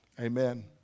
Amen